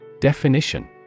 Definition